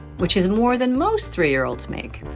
which is more than most three year olds make.